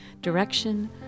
direction